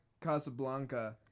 Casablanca